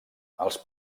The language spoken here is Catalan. els